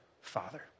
Father